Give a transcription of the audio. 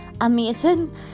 amazing